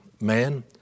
man